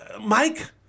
Mike